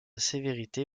sévérité